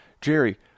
Jerry